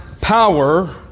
power